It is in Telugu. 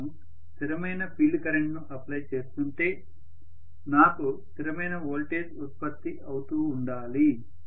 నేను స్థిరమైన ఫీల్డ్ కరెంట్ను అప్లై చేస్తుంటే నాకు స్థిరమైన వోల్టేజ్ ఉత్పత్తి అవుతూ ఉండాలి